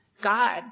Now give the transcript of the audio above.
God